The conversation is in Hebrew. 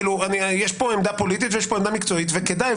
יש פה עמדה פוליטית ויש פה עמדה מקצועית, וכדאי.